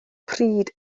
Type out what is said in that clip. pryd